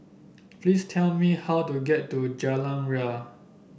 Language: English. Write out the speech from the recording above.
please tell me how to get to Jalan Ria